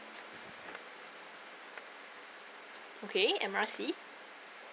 okay M R C